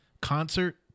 concert